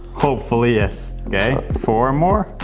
hopefully, yes! okay, four more!